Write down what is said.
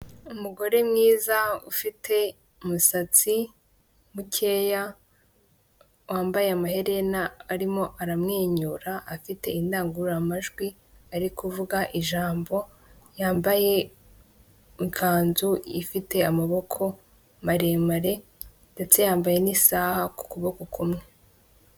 Umugore mwiza ufite umusatsi mukeya, wambaye amaherena arimo aramwenyura, afite indangururamajwi ari kuvuga ijambo yambaye ikanzu ifite amaboko maremare ndetse yambaye n'isaha kuku boko kumwe.